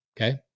okay